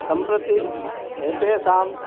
सम्प्रति एतेषाम्